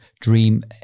Dream